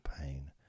pain